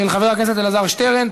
של חבר הכנסת אלעזר שטרן,